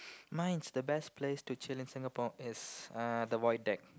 mines the best place to chill in Singapore is uh the void deck